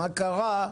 מה קרה,